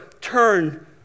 turn